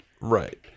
Right